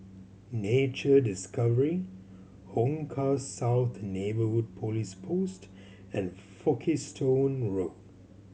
Nature Discovery Hong Kah South Neighbourhood Police Post and Folkestone Road